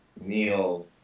Neil